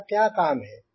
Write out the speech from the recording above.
उनका क्या काम है